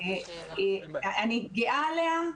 אני גאה עליה.